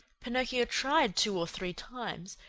pinocchio tried two or three times,